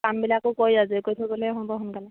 কামবিলাকো কৰি আজৰি কৰি থৈ গ'লেহে হ'ব সোনকালে